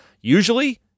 Usually